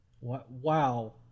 Wow